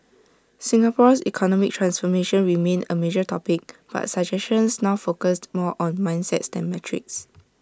Singapore's economic transformation remained A major topic but suggestions now focused more on mindsets than metrics